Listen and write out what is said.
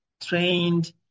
trained